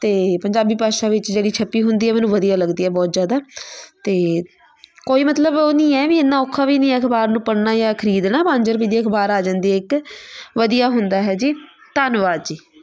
ਅਤੇ ਪੰਜਾਬੀ ਭਾਸ਼ਾ ਵਿੱਚ ਜਿਹੜੀ ਛਪੀ ਹੁੰਦੀ ਹੈ ਮੈਨੂੰ ਵਧੀਆ ਲੱਗਦੀ ਹੈ ਬਹੁਤ ਜ਼ਿਆਦਾ ਅਤੇ ਕੋਈ ਮਤਲਬ ਉਹ ਨਹੀਂ ਹੈ ਵੀ ਇੰਨਾਂ ਔਖਾ ਵੀ ਨਹੀਂ ਹੈ ਅਖਬਾਰ ਨੂੰ ਪੜ੍ਹਨਾ ਜਾਂ ਖਰੀਦਣਾ ਪੰਜ ਰੁਪਏ ਦੀ ਅਖਬਾਰ ਆ ਜਾਂਦੀ ਹੈ ਇੱਕ ਵਧੀਆ ਹੁੰਦਾ ਹੈ ਜੀ ਧੰਨਵਾਦ ਜੀ